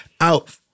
out